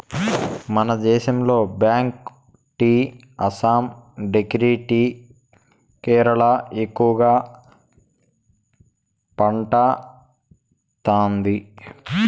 మన దేశంలో black tea Assam green tea Kerala ఎక్కువగా పండతాండాది